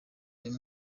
uyu